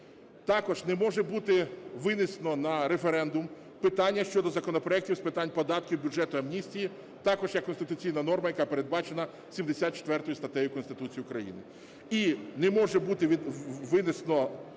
Також не може бути винесено на референдум питання щодо законопроектів з питань податків, бюджету, амністії, також як конституційна норма, яка передбачена 74 статтею Конституції України. І не може бути винесено